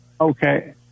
Okay